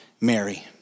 Mary